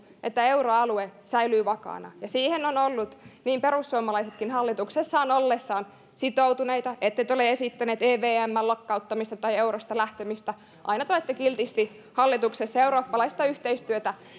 että euroalue säilyy vakaana ja siihen ovat olleet perussuomalaisetkin hallituksessa ollessaan sitoutuneita ette te te ole esittäneet evmn lakkauttamista tai eurosta lähtemistä aina te olette kiltisti hallituksessa eurooppalaista yhteistyötä